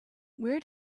where